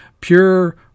Pure